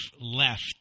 left